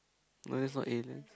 no that's not alien